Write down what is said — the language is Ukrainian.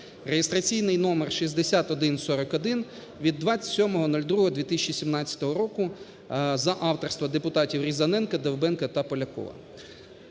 реєстраційний номер 6141 (від 27.02.2017 року), за авторства депутатів Різаненка, Довбенка та Полякова.